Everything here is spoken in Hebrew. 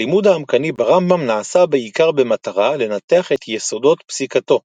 הלימוד העמקני ברמב"ם נעשה בעיקר במטרה לנתח את יסודות פסיקתו,